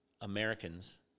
Americans